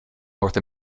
north